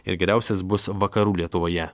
ir geriausias bus vakarų lietuvoje